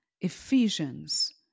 Ephesians